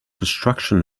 construction